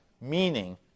meaning